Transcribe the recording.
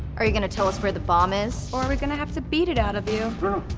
are you gonna tell us where the bomb is? or are we gonna have to beat it out of you?